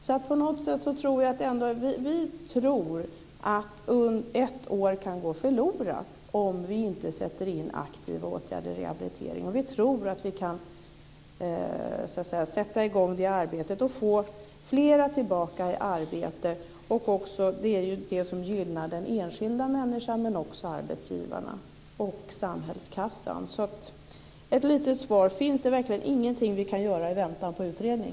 Vi tror att ett år kan gå förlorat om vi inte sätter in aktiva åtgärder i rehabiliteringen. Vi tror att vi kan sätta i gång det arbetet och få flera tillbaka i arbete. Det är det som gynnar den enskilda människan men också arbetsgivarna och samhällskassan. Finns det verkligen ingenting vi kan göra i väntan på utredning?